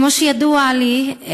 כמו שידוע לי,